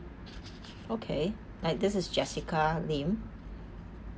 okay like this is jessica lim